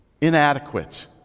Inadequate